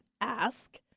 ask